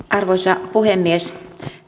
arvoisa puhemies